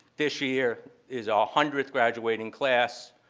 this year is our hundredth graduating class,